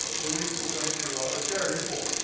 luis is going to, or jerry you pull.